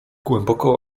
głęboko